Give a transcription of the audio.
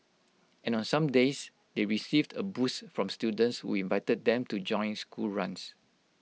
and on some days they received A boost from students who invited them to join school runs